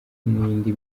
n’indi